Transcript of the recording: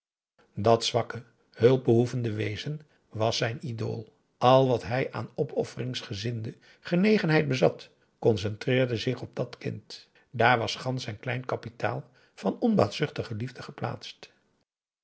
dat zwakke hulpbehoevende wezen was zijn idool al wat hij aan opofferingsgezinde genegenheid bezat concentreerde zich op dat kind dààr was gansch zijn klein kapitaal van onbaatzuchtige liefde geplaatst